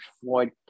Floyd